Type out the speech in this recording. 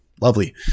Lovely